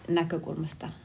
näkökulmasta